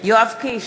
יואב קיש,